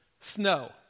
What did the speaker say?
snow